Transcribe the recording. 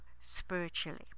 spiritually